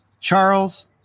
Charles